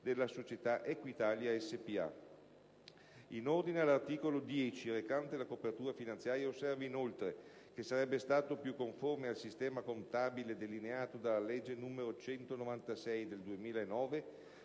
della società Equitalia spa. In ordine all'articolo 10 recante la copertura finanziaria osserva inoltre che sarebbe stato più conforme al sistema contabile delineato dalla legge n. 196 del 2009